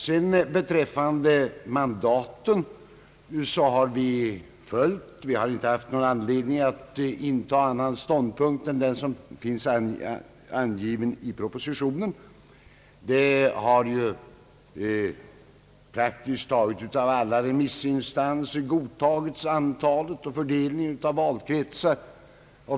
Vad beträffar mandaten har vi inte haft någon anledning att inta annan ståndpunkt än den som finns angiven i propositionen. Praktiskt taget alla remissinstanser har godtagit antalet mandat och fördelningen av valkretsar.